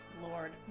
Lord